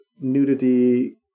nudity